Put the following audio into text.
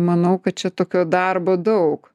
manau kad čia tokio darbo daug